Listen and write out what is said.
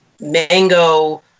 mango